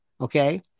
Okay